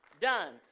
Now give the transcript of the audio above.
done